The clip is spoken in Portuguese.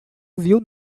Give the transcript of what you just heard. viu